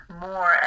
more